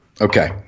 Okay